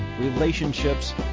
relationships